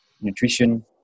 nutrition